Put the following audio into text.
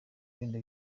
wenda